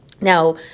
Now